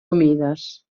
humides